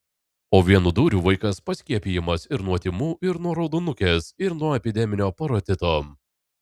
o vienu dūriu vaikas paskiepijamas ir nuo tymų ir nuo raudonukės ir nuo epideminio parotito